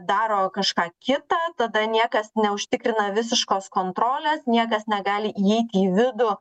daro kažką kitą tada niekas neužtikrina visiškos kontrolės niekas negali įeiti į vidų